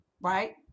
right